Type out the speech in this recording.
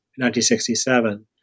1967